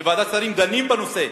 כי בוועדת שרים דנים בנושא.